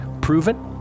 proven